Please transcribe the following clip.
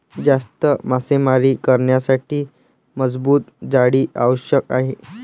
जास्त मासेमारी करण्यासाठी मजबूत जाळी आवश्यक आहे